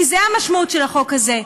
כי זאת המשמעות של החוק הזה.